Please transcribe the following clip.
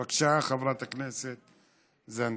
בבקשה, חברת הכנסת זנדברג.